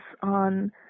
on